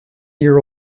year